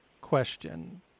question